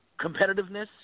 competitiveness